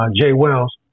J-Wells